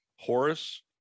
Horace